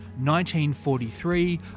1943